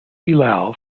lal